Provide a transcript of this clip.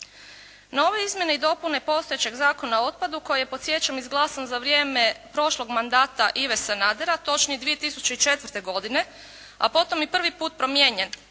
ove izmjene i dopune postojećeg Zakona o otpadu koji je podsjećam, izglasan za vrijeme prošlog mandata Ive Sanadera, točnije 2004. godine, a potom i prvi put promijenjen